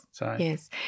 yes